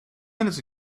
minutes